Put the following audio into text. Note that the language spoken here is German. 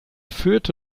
führte